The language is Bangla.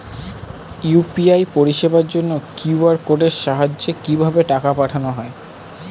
ইউ.পি.আই পরিষেবার জন্য কিউ.আর কোডের সাহায্যে কিভাবে টাকা পাঠানো হয়?